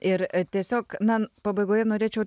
ir tiesiog na pabaigoje norėčiau